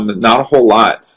um and not a whole lot.